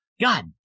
god